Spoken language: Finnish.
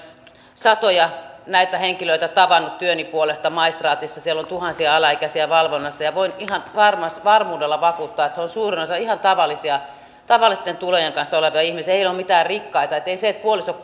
satoja näitä henkilöitä tavannut työni puolesta maistraatissa siellä on tuhansia alaikäisiä valvonnassa ja voin ihan varmuudella vakuuttaa että suurin osa heistä on ihan tavallisia tavallisten tulojen kanssa olevia ihmisiä eivät he ole mitään rikkaita ei se että puoliso